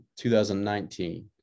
2019